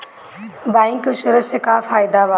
Bike insurance से का फायदा बा?